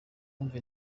kumva